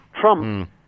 Trump